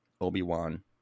Obi-Wan